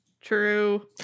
True